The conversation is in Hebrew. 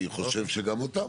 אני חושב שגם אותן.